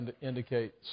indicate